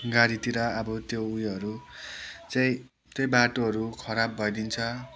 गाडीतिर अब त्यो उयोहरू चाहिँ त्यही बाटोहरू खराब भइदिन्छ